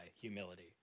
Humility